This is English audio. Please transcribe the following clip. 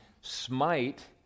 smite